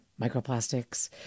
microplastics